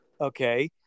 okay